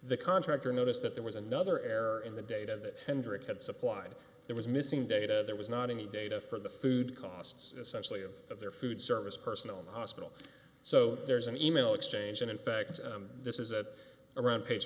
the contractor noticed that there was another error in the data that hendrick had supplied there was missing data there was not any data for the food costs essentially of their food service personnel in the hospital so there's an email exchange in effect this is that around pa